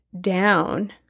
down